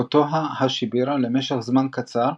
קוטוהא האשיבירה למשך זמן קצר,